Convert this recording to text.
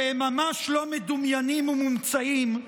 שהם ממש לא מדומיינים או מומצאים,